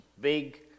big